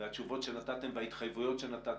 התשובות שנתתם וההתחייבויות שנתתם,